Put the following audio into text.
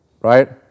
right